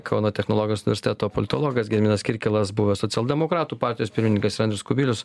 kauno technologijos universiteto politologas gediminas kirkilas buvęs socialdemokratų partijos pirmininkas andrius kubilius